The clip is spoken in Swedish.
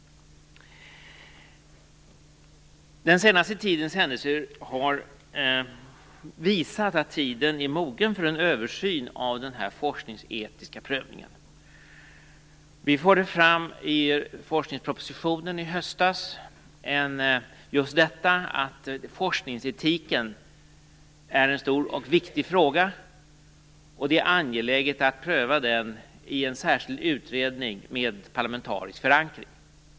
Den senaste tidens händelser har visat att tiden är mogen för en översyn av denna forskningsetiska prövningen. Vi förde i forskningspropositionen i höstas fram just detta att forskningsetiken är en stor och viktig fråga och att det är angeläget att pröva den i en särskild utredning med parlamentarisk förankring.